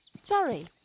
Sorry